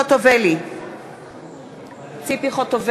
כפי שאתם